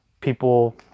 people